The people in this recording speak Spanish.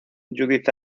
judith